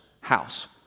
house